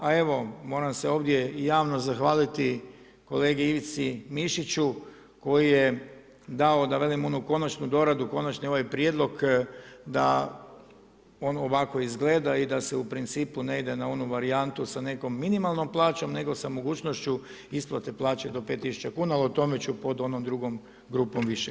A evo, moram se ovdje i javno zahvaliti kolegi Ivici Mišiću koji je dao da velim onu konačnu doradu, konačni ovaj prijedlog da on ovako izgleda i da se u principu ne ide na onu varijantu sa nekom minimalnom plaćom nego sa mogućnošću isplate plaće do 5 tisuća kuna ali o tome ću pod onom drugom grupom više.